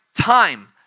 time